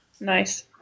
nice